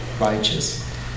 righteous